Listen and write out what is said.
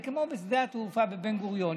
זה כמו בשדה התעופה בן-גוריון,